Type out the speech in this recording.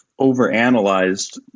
overanalyzed